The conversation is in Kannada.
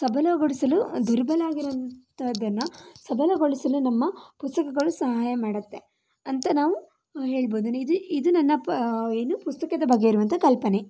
ಸಬಲಗೊಳಿಸಲು ದುರ್ಬಲ ಆಗಿರುವಂಥದ್ದನ್ನ ಸಬಲಗೊಳಿಸಲು ನಮ್ಮ ಪುಸ್ತಕಗಳು ಸಹಾಯ ಮಾಡುತ್ತೆ ಅಂತ ನಾವು ಹೇಳ್ಬೋದು ಇದು ನನ್ನ ಪ ಏನು ಪುಸ್ತಕದ ಬಗ್ಗೆ ಇರುವಂತಹ ಕಲ್ಪನೆ